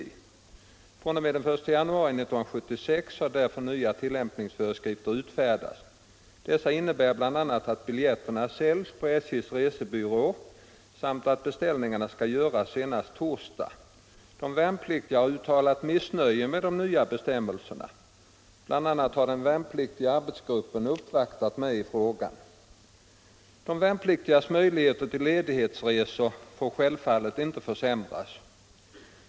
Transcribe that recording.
fr.o.m. den 1 januari 1976 har därför nya tillämpningsföreskrifter utfärdats. Dessa innebär bl.a. att biljetterna säljs på SJ:s resebyråer samt att beställningarna skall göras senast torsdag. De värnpliktiga har uttalat missnöje med de nya bestämmelserna. Bl. a. har den värnpliktiga arbetsgruppen uppvaktat mig i frågan. De värnpliktigas möjligheter till ledighetsresor får självfallet inte försämras.